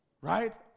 right